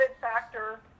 factor